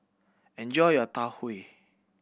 enjoy your Tau Huay